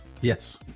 Yes